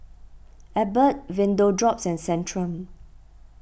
Abbott Vapodrops and Centrum